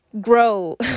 grow